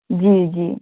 جی جی